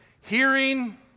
Hearing